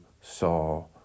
saw